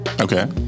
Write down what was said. Okay